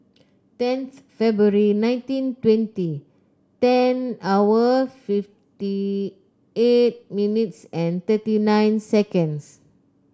ten February nineteen twenty ten hour fifty eight minutes and thirty nine seconds